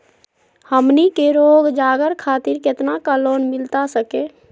हमनी के रोगजागर खातिर कितना का लोन मिलता सके?